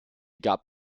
gab